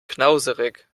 knauserig